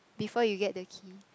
before you get the key